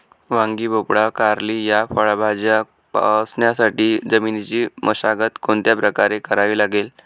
वांगी, भोपळा, कारली या फळभाज्या पोसण्यासाठी जमिनीची मशागत कोणत्या प्रकारे करावी लागेल?